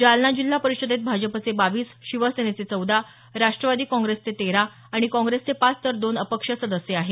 जालना जिल्हा परिषदेत भाजपचे बावीस शिवसेनेचे चौदा राष्ट्रवादी काँग्रेसचे तेरा आणि काँग्रेसचे पाच तर दोन अपक्ष सदस्य आहेत